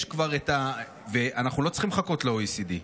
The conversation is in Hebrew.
אנחנו לא צריכים לחכות ל-OECD,